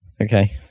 okay